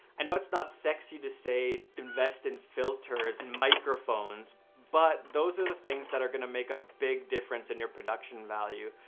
i know it's not sexy to say invest in filters and microphones, but those are the things that are gonna make a big difference in your production value,